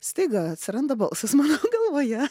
staiga atsiranda balsas mano galvoje